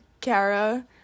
Kara